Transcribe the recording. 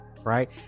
right